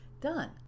Done